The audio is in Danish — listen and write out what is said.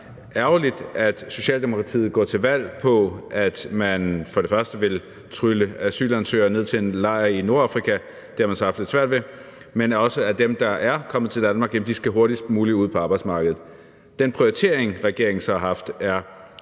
ærgerligt, at Socialdemokratiet går til valg på, at man både vil trylle asylansøgere ned til en lejr i Nordafrika – det har man så haft lidt svært ved – men så vil man også have, at dem, der er kommet til Danmark, hurtigst muligt skal ud på arbejdsmarkedet. Den prioritering, regeringen så har haft, er,